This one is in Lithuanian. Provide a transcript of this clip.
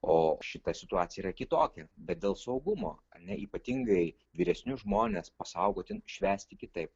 o šita situacija yra kitokia bet dėl saugumo ne ypatingai vyresnius žmones pasaugoti švęsti kitaip